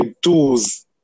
tools